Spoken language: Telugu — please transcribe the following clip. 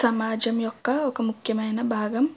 సమాజం యొక్క ఒక ముఖ్యమైన భాగం